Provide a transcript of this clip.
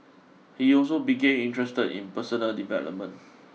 he also became interested in personal development